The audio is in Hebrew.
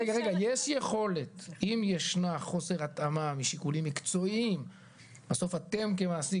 יש יכולת במידה וישנה חוסר התאמה משיקולים מקצועיים אז בסוף אתם כמעסיק